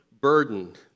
burdened